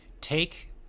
take